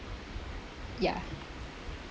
ya